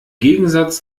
gegensatz